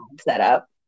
Setup